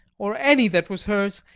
or any that was hers,